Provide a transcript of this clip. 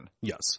Yes